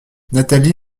nathalie